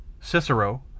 Cicero